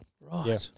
Right